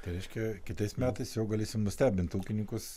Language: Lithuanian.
reiškia kitais metais jau galėsim nustebinti ūkininkus